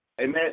Amen